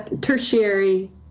tertiary